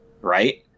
right